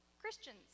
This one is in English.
Christians